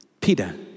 Peter